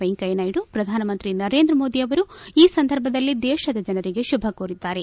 ವೆಂಕಯ್ಯನಾಯ್ದು ಪ್ರಧಾನಮಂತ್ರಿ ನೇಂದ್ರ ಮೋದಿ ಆವರು ಈ ಸಂದರ್ಭದಲ್ಲಿ ದೇತದ ಜನರಿಗೆ ಶುಭ ಕೋರಿದ್ದಾರೆ